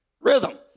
rhythm